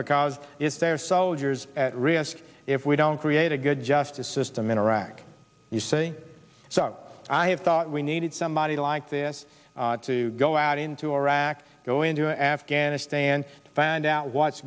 because it's their soldiers at risk if we don't create a good justice system in iraq you see so i have thought we needed somebody like this to go out into iraq go into afghanistan to find out what's